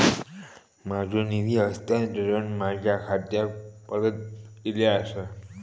माझो निधी हस्तांतरण माझ्या खात्याक परत इले आसा